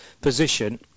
position